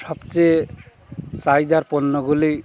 সবচেয়ে চাহিদার পণ্যগুলি